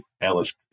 Alice